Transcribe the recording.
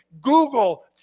Google